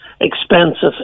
expensive